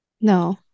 No